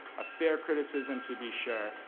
a fair criticism to be sure.